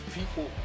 People